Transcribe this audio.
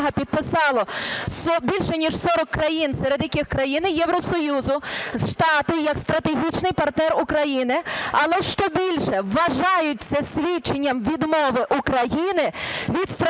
підписали більше, ніж 40 країн, серед яких країни Євросоюзу, Штати, як стратегічний партнер України. Але, що більше, вважають це свідченням відмови України від стратегічного курсу